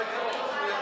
לא יקרה כלום, הוא ימתין.